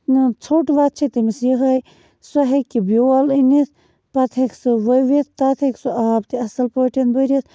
نہٕ ژھوٚٹ وَتھ چھےٚ تٔمِس یِہوٚے سۄ ہیٚکہِ بیول أنِتھ پتہٕ ہیٚکہِ سُہ ؤوِتھ تَتھ ہیٚکہِ سُہ آب تہِ اَصٕل پٲٹھۍ بٔرِتھ